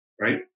Right